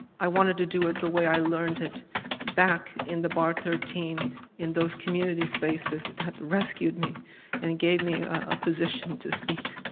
i wanted to do it the way i learned it back in the bar thirteen in those community spaces that rescued me and gave me a position to speak.